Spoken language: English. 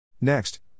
Next